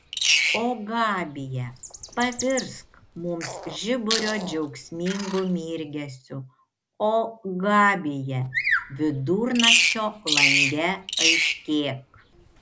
o gabija pavirsk mums žiburio džiaugsmingu mirgesiu o gabija vidurnakčio lange aiškėk